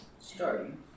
Starting